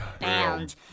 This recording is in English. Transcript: bound